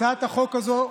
הצעת החוק הזאת,